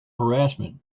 harassment